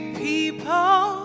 people